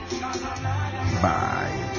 Bye